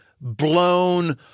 blown